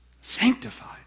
Sanctified